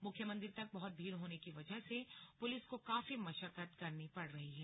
मुख्य मंदिर तक बहुत भीड़ होने की वजह से पुलिस को काफी मशक्कत करनी पड़ रही है